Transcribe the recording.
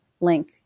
link